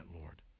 Lord